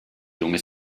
junge